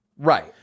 Right